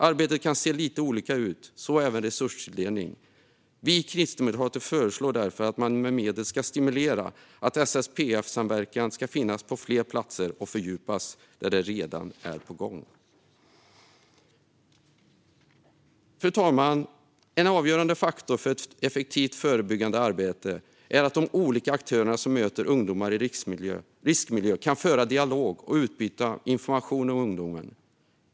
Arbetet kan se lite olika ut, så även resurstilldelningen. Vi kristdemokrater föreslår därför att man med medel ska stimulera att SSPF-samverkan ska finnas på fler platser och fördjupas där det redan är på gång. Fru talman! En avgörande faktor för ett effektivt förebyggande arbete är att de olika aktörerna som möter ungdomar i riskmiljö kan föra dialog och utbyta information om dem.